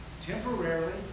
temporarily